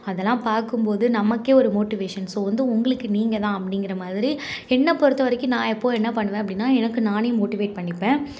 அதலாம் பார்க்கும்போது நமக்கு ஒரு மோட்டிவேஷன் ஸோ வந்து உங்களுக்கு நீங்கள் தான் அப்படிங்குற மாதிரி என்னை பொருத்த வரைக்கும் நான் எப்பவும் என்ன பண்ணுவேன் அப்படினா எனக்கு நான் மோட்டிவேட் பண்ணிப்பேன்